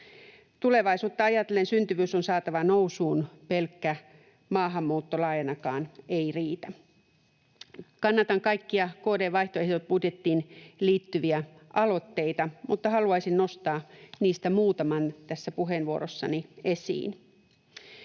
Tulevaisuutta ajatellen syntyvyys on saatava nousuun, pelkkä maahanmuutto laajanakaan ei riitä. Kannatan kaikkia KD:n vaihtoehtobudjettiin liittyviä aloitteita, mutta haluaisin nostaa niistä muutaman tässä puheenvuorossani esiin.